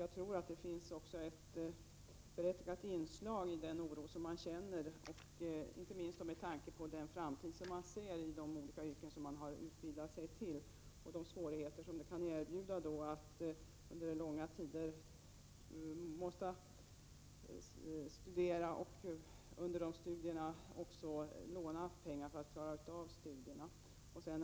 Jag tror att det finns ett berättigat inslag i den oro man känner, inte minst då med tanke på framtidsutsikterna inom de olika yrken som man har utbildat sig för och de svårigheter som kan uppstå under långa tider då man kan vara tvungen att studera och behöva låna pengar för att klara av studierna.